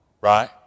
right